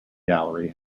gallery